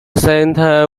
center